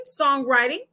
songwriting